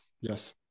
yes